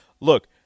look